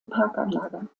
parkanlage